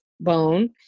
bone